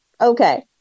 Okay